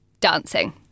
dancing